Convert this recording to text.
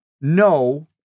No